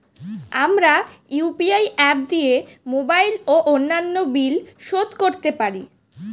আমরা UPI app দিয়ে mobile ও অন্যান্য বিল শোধ করতে পারি